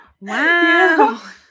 wow